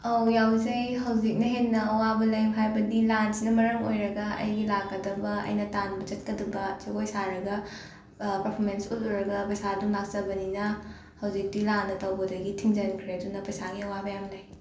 ꯑꯧ ꯌꯥꯎꯖꯩ ꯍꯧꯖꯤꯛꯅ ꯍꯦꯟꯅ ꯑꯋꯥꯕ ꯂꯩ ꯍꯥꯏꯕꯗꯤ ꯂꯥꯟꯁꯤꯅ ꯃꯔꯝ ꯑꯣꯔꯒ ꯑꯩꯒꯤ ꯂꯥꯛꯀꯗꯕ ꯑꯩꯅ ꯇꯥꯟꯕ ꯆꯠꯀꯗꯕ ꯖꯒꯣꯏ ꯁꯥꯔꯒ ꯄꯔꯐꯣꯃꯦꯟꯁ ꯎꯠꯂꯨꯔꯒ ꯄꯩꯁꯥ ꯑꯗꯨꯝ ꯂꯥꯛꯆꯕꯅꯤꯅ ꯍꯧꯖꯤꯛꯇꯤ ꯂꯥꯟꯗ ꯇꯧꯕꯗꯒꯤ ꯊꯤꯡꯖꯤꯟꯈ꯭ꯔꯦ ꯑꯗꯨꯅ ꯄꯩꯁꯥꯒꯤ ꯑꯋꯥꯕ ꯌꯥꯝꯅ ꯂꯩ